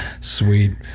Sweet